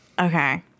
Okay